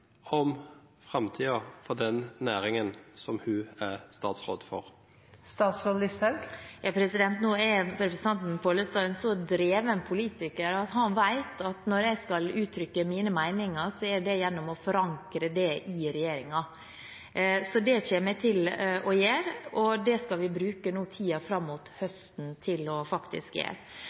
om framtiden for den næringen som hun er statsråd for? Nå er representanten Pollestad en så dreven politiker at han vet at når jeg skal uttrykke mine meninger, er det gjennom å forankre det i regjeringen. Det kommer jeg til å gjøre. Det skal vi bruke tiden nå fram mot høsten til faktisk å gjøre. Så vil jeg bare påpeke en annen ting, der jeg er